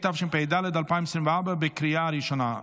התשפ"ד 2024, לקריאה ראשונה.